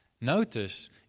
Notice